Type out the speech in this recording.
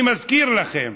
אני מזכיר לכם